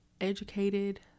educated